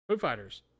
Fighters